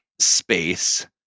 Space